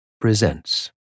presents